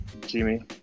Jimmy